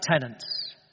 tenants